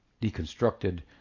deconstructed